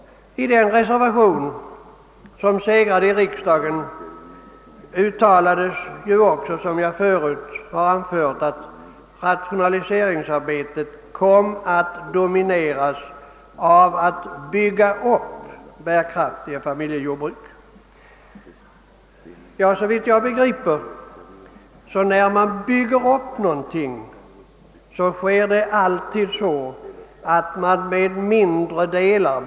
I den reservation som segrade i riksdagen uttalades också, såsom jag förut anfört, att rationaliseringsarbetet kommer att domineras av uppbyggandet av bärkraftiga familjejordbruk. Såvitt jag förstår bygger man alltid upp någonting större med hjälp av mindre delar.